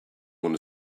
want